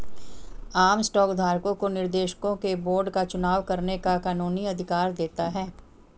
आम स्टॉक धारकों को निर्देशकों के बोर्ड का चुनाव करने का कानूनी अधिकार देता है